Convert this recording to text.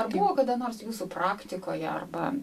ar buvo kada nors jūsų praktikoje arba